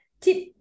Tip